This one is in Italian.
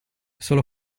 solo